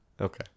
Okay